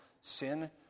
sin